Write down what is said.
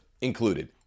included